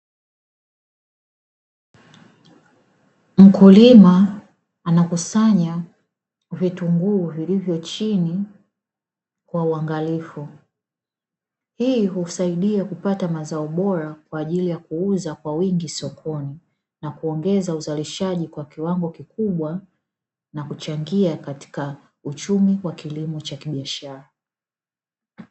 Mkulima anakusanya vitunguu vilivyo chini kwa uangalifu, hii husaidia kupata mazao bora kwa ajili ya kuuza kwa wingi sokoni na kuongeza uzalishaji kwa kiwango kikubwa, na kuchangia katika uchumi wa kilimo cha kibiashara.